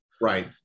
Right